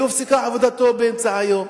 והופסקה עבודתו באמצע היום,